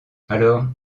alors